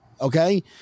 Okay